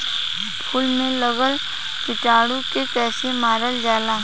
फूल में लगल कीटाणु के कैसे मारल जाला?